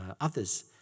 others